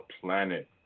planet